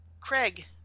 Craig